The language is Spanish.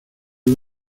del